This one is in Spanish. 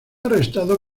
arrestado